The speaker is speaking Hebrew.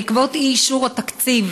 בעקבות אי-אישור התקציב